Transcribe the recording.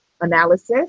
analysis